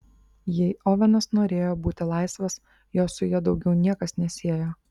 jei ovenas norėjo būti laisvas jo su ja daugiau niekas nesiejo